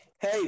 Hey